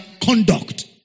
conduct